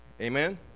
Amen